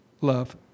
love